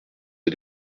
les